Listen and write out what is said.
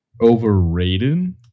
overrated